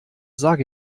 sag